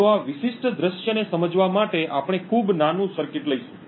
તો આ વિશિષ્ટ દૃશ્યને સમજાવવા માટે આપણે ખૂબ નાનું સર્કિટ લઈશું